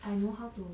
I know how to